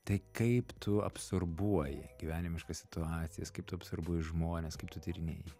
tai kaip tu absorbuoji gyvenimiškas situacijas kaip tu absorbuoji žmones kaip tu tyrinėji